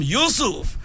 Yusuf